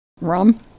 rum